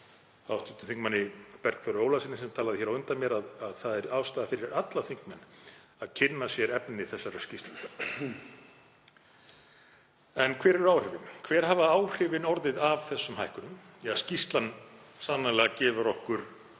með hv. þm. Bergþóri Ólasyni sem talaði hér á undan mér, það er ástæða fyrir alla þingmenn að kynna sér efni þessarar skýrslu. En hver eru áhrifin? Hver hafa áhrifin orðið af þessum hækkunum? Skýrslan gefur okkur